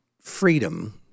freedom